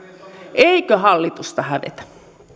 eikö hallitusta hävetä